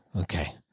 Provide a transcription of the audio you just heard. okay